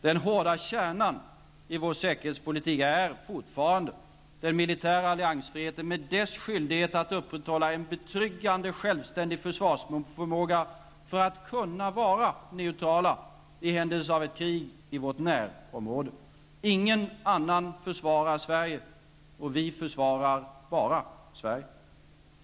Den hårda kärnan i vår säkerhetspolitik är fortfarande den militära alliansfriheten med dess skyldighet att upprätthålla en betryggande självständig försvarsförmåga för att vi skall kunna vara neutrala i händelse av ett krig i vårt närområde. Ingen annan försvarar Sverige, och vi försvarar bara Sverige.